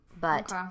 But-